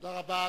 תודה רבה.